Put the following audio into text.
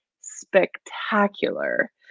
spectacular